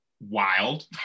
wild